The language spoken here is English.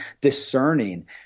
discerning